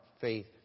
faith